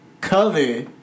Cover